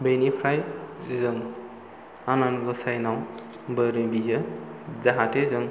बेनिफ्राय जों आनान गसाइनियाव बोर बियो जाहाथे जों